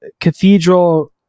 cathedral